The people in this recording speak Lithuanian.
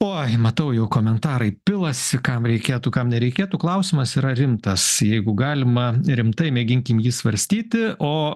oi matau jau komentarai pilasi kam reikėtų kam nereikėtų klausimas yra rimtas jeigu galima rimtai mėginkim jį svarstyti o